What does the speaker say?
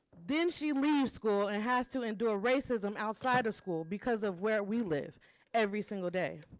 then she leaves school and has to endure racism outside of school because of where we live every single day.